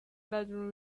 bedroom